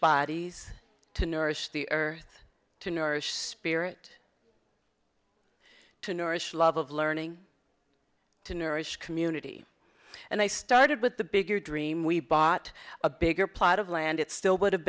bodies to nourish the earth to nourish spirit to nourish love of learning to nourish community and i started with the bigger dream we bought a bigger plot of land it still would have